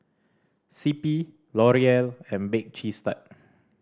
C P L'Oreal and Bake Cheese Tart